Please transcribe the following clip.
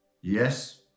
Yes